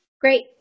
Great